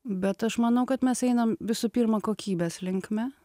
bet aš manau kad mes einam visų pirma kokybės linkme